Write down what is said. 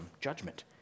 judgment